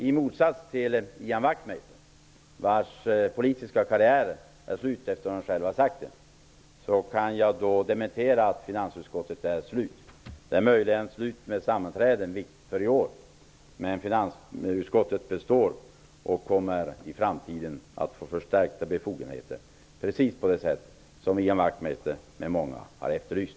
I motsats till vad som gäller Ian Wachtmeisters politiska karriär -- vilken är slut, som han själv har sagt -- kan jag dementera att finansutskottet är slut. Det är möjligen slut på sammanträden för i år. Men finansutskottet består och kommer i framtiden att få förstärkta befogenheter, precis på det sätt som Ian Wachtmeister och många andra har efterlyst.